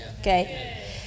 Okay